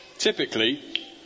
Typically